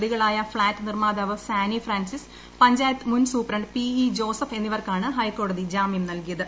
പ്രതികളായ ഫ്ളാറ്റ് നിർമാതാവ് സാനി ഫ്രാൻസിസ് പഞ്ചായത്ത് മുൻ സൂപ്ര ് പി ഇ ജോസഫ് എന്നിവർക്കാണ് ഹൈക്കോടതി ജാമ്യം നൽകിയത്